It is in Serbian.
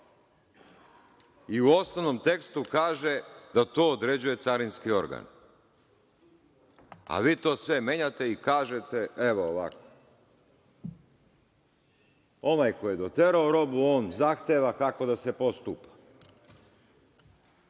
i u osnovnom tekstu kaže da to određuje carinski organ, a vi to sve menjate i kažete evo ovako – ovaj ko je doterao robu on zahteva kako da se postupa.